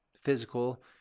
physical